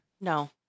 No